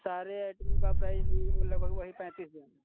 सारे आइटम का प्राइस लगभग वही पैंतीस हजार